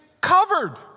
covered